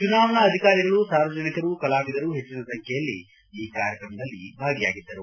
ಚುನಾವಣಾ ಅಧಿಕಾರಿಗಳು ಸಾರ್ವಜನಿಕರು ಕಲಾವಿದರು ಹೆಚ್ಚಿನ ಸಂಖ್ಯೆಯಲ್ಲಿ ಈ ಕಾರ್ಯಕ್ರಮದಲ್ಲಿ ಭಾಗಿಯಾಗಿದ್ದರು